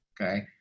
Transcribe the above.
okay